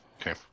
Okay